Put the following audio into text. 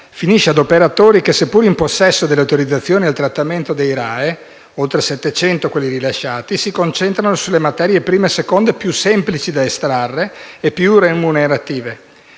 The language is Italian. finisce ad operatori che, seppure in possesso dell'autorizzazione al trattamento dei RAEE (oltre 700 quelle rilasciate), si concentrano sulle materie prime seconde più semplici da estrarre e più remunerative.